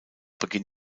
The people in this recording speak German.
beginn